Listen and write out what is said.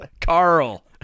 Carl